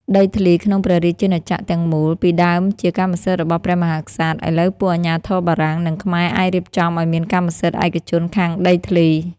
ដីធ្លីក្នុងព្រះរាជាណាចក្រទាំងមូល ពីដើមជាកម្មសិទ្ធិរបស់ព្រះមហាក្សត្រ ឥឡូវពួកអាជ្ញាធរបារាំង និងខ្មែរអាចរៀបចំឱ្យមានកម្មសិទ្ធិឯកជនខាងដីធ្លី។